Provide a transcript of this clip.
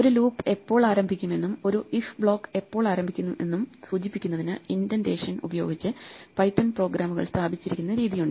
ഒരു ലൂപ്പ് എപ്പോൾ ആരംഭിക്കുമെന്നും ഒരു if ബ്ലോക്ക് എപ്പോൾ ആരംഭിക്കുമെന്നും സൂചിപ്പിക്കുന്നതിന് ഇൻഡന്റേഷൻ ഉപയോഗിച്ച് പൈത്തൺ പ്രോഗ്രാമുകൾ സ്ഥാപിച്ചിരിക്കുന്ന രീതിയുണ്ട്